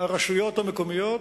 הרשויות המקומיות